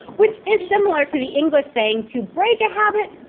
which is similar to the english saying to break a habit,